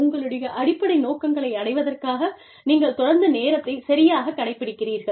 உங்களுடைய அடிப்படை நோக்கங்களை அடைவதற்காக நீங்கள் தொடர்ந்து நேரத்தைச் சரியாகக் கடைப்பிடிக்கிறீர்கள்